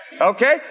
Okay